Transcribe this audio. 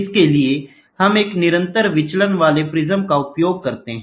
इसके लिए हम एक निरंतर विचलन वाले प्रिज्म का उपयोग करते हैं